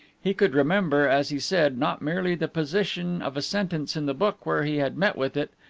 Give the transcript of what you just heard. he could remember, as he said, not merely the position of a sentence in the book where he had met with it,